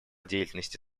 деятельности